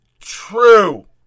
true